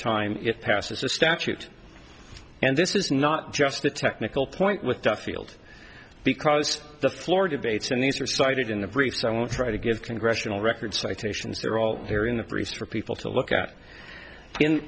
time it passes the statute and this is not just a technical point with duffield because the floor debates and these are cited in the briefs i won't try to give congressional record citations they're all here in the breeze for people to look at in